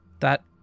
That